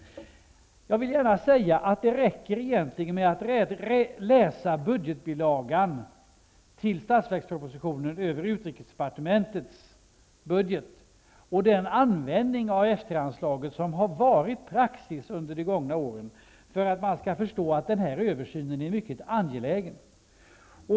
Jag vill säga att det egentligen räcker med att läsa budgetpropositionens bilaga över utrikesdepartementet och ta del av den användning av F 3-anslaget som varit praxis under de gångna åren för att man skall förstå att denna översyn är mycket angelägen.